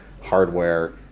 hardware